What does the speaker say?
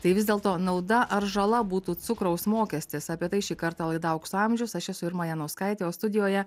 tai vis dėlto nauda ar žala būtų cukraus mokestis apie tai šį kartą laida aukso amžiaus aš esu irma janauskaitė o studijoje